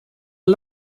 der